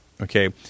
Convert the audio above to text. Okay